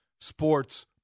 sports